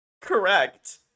correct